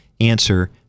answer